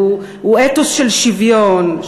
הוא אתוס של שוויון,